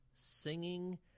singing